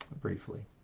briefly